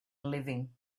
living